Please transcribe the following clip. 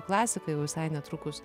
klasika jau visai netrukus